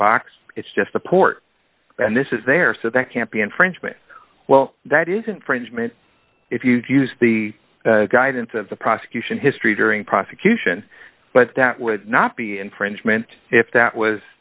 box it's just the port and this is there so that can't be infringement well that isn't frenchman if you use the guidance of the prosecution history during prosecution but that would not be infringement if that was